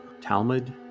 talmud